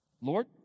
Lord